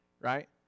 Right